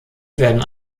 werden